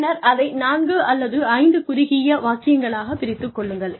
பின்னர் அதை 4 அல்லது 5 குறுகிய வாக்கியங்களாகப் பிரித்துக் கொள்ளுங்கள்